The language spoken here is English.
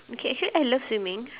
okay actually I love swimming